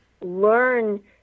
learn